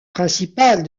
principal